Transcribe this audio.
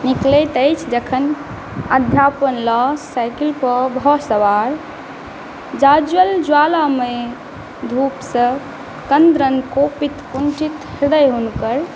निकलैत अछि जखन अध्यापन लऽ साइकिलपऽ भऽ सवार जाज्वल ज्वालामय धूपसय कन्द्रन कोपित कुन्ठित हृदय हुनकर